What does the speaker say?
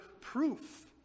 proof